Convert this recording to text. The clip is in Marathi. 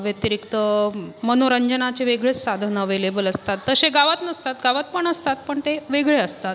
व्यतिरिक्त मनोरंजनाचे वेगळेच साधन अवेलेबल असतात तसे गावात नसतात गावात पण असतात पण ते वेगळे असतात